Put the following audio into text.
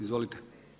Izvolite.